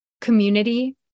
community